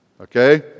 Okay